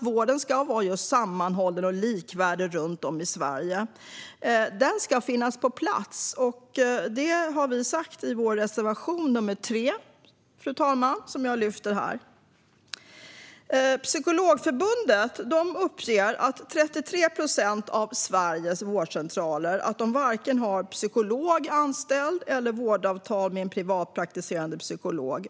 Vården ska nämligen vara sammanhållen och likvärdig runt om i Sverige. Den ska finnas på plats, fru talman. Det har vi sagt i vår reservation nr 3, som jag yrkar bifall till. Psykologförbundet uppger att 33 procent av Sveriges vårdcentraler varken har anställd psykolog eller vårdavtal med privatpraktiserande psykolog.